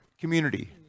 community